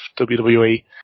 WWE